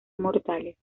mortales